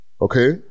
Okay